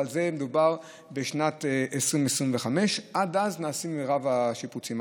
אבל מדובר בשנת 2025. עד אז נעשים מרב השיפוצים,